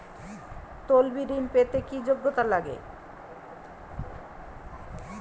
তলবি ঋন পেতে কি যোগ্যতা লাগে?